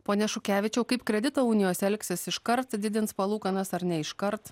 pone šukevičiau kaip kredito unijos elgsis iškart didins palūkanas ar ne iškart